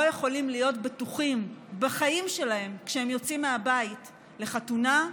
לא יכולים להיות בטוחים בחיים שלהם כשהם יוצאים מהבית לחתונה,